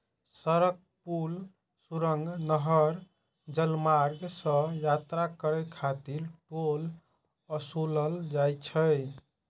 सड़क, पुल, सुरंग, नहर, जलमार्ग सं यात्रा करै खातिर टोल ओसूलल जाइ छै